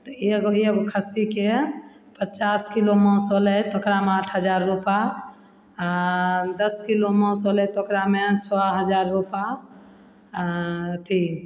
तऽ एगो एगो खस्सीके पचास किलो मौस होलै ओकरामे आठ हजार रुपा दस किलो मौस होलै तऽ ओकरामे छओ हजार रुपा आओर अथी